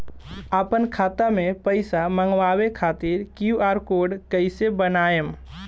आपन खाता मे पईसा मँगवावे खातिर क्यू.आर कोड कईसे बनाएम?